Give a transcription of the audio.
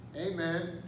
amen